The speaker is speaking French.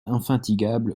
infatigable